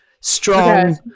strong